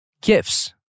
Gifts